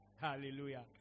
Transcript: Hallelujah